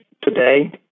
today